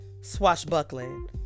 swashbuckling